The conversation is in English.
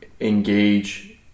engage